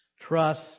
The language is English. Trust